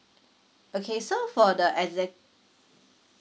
okay so for the exec~